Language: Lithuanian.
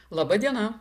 laba diena